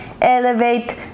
elevate